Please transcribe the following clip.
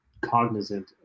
cognizant